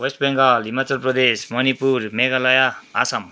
West Bengal Himachal Pradesh Manipur Meghalaya Assam